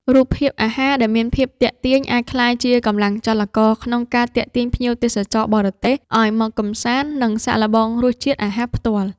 រូបភាពអាហារដែលមានភាពទាក់ទាញ អាចក្លាយជាកម្លាំងចលករក្នុងការទាក់ទាញភ្ញៀវទេសចរបរទេសឱ្យមកកម្សាន្ត និងសាកល្បងរសជាតិអាហារផ្ទាល់។